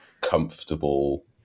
comfortable